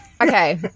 Okay